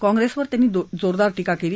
कॉप्रेसवर त्यांनी जोरदार टीका केली